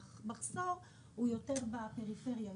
המחסור הוא יותר בפריפריה.